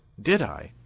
did i?